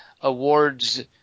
awards